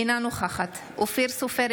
אינה נוכחת אופיר סופר,